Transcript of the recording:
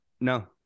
No